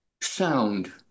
sound